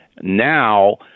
Now